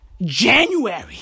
January